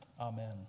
Amen